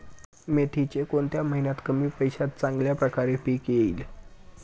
मेथीचे कोणत्या महिन्यात कमी पैशात चांगल्या प्रकारे पीक येईल?